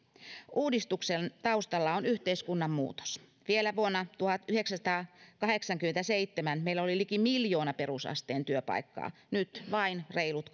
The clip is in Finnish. uudistuksen taustalla on yhteiskunnan muutos vielä vuonna tuhatyhdeksänsataakahdeksankymmentäseitsemän meillä oli liki miljoona perusasteen työpaikkaa nyt vain reilut